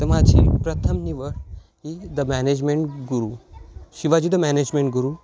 तर माझी प्रथम निवड ही the management guru Shivaji the management Guru